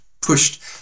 pushed